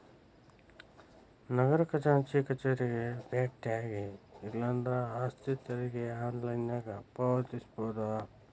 ನಗರ ಖಜಾಂಚಿ ಕಚೇರಿಗೆ ಬೆಟ್ಟ್ಯಾಗಿ ಇಲ್ಲಾಂದ್ರ ಆಸ್ತಿ ತೆರಿಗೆ ಆನ್ಲೈನ್ನ್ಯಾಗ ಪಾವತಿಸಬೋದ